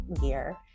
gear